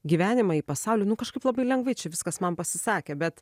gyvenimą į pasaulį nu kažkaip labai lengvai čia viskas man pasisakė bet